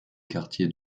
quartiers